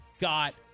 got